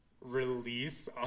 release